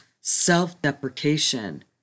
self-deprecation